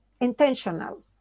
intentional